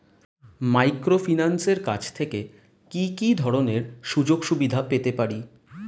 মাইক্রোফিন্যান্সের কাছ থেকে কি কি ধরনের সুযোগসুবিধা পেতে পারি?